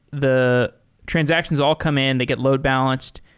the transactions all come in, they get load balanced.